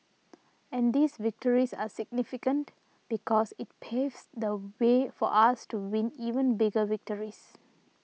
and these victories are significant because it paves the way for us to win even bigger victories